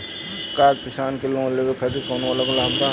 का किसान के लोन लेवे खातिर कौनो अलग लाभ बा?